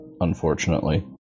unfortunately